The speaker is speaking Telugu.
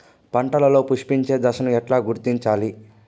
పంటలలో పుష్పించే దశను ఎట్లా గుర్తించాలి?